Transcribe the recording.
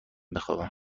بخوابم